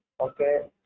Okay